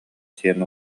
сиэн